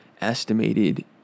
estimated